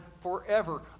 forever